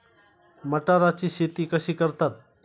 मटाराची शेती कशी करतात?